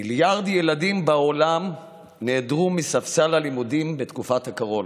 מיליארד ילדים בעולם נעדרו מספסל הלימודים בתקופת הקורונה.